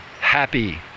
happy